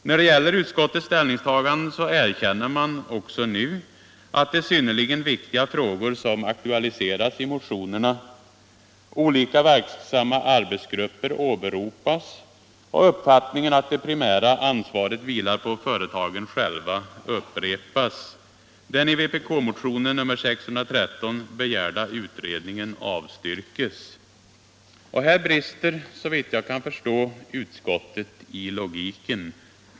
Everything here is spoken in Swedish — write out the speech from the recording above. När det gäller utskottets ställningstaganden så erkänner utskottet också nu att det är synnerligen viktiga frågor som aktualiseras i motionen, olika verksamma arbetsgrupper åberopas och uppfattningen att det primära ansvaret vilar på företagen själva upprepas. Den i vpk-motionen 613 begärda utredningen avstyrkes. Här brister, såvitt jag kan förstå, utskottet i logiken.